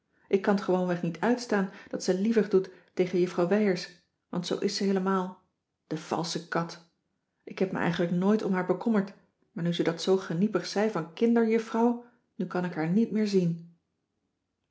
ik kan t gewoonweg niet uitstaan dat ze lievig doet tegen juffrouw wijers want zoo is ze heelemaal de valsche kat ik heb me eigenlijk nooit om haar bekommerd maar nu ze dat zoo geniepig zei van kinderjuffrouw nu kan ik haar niet meer zien